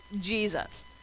Jesus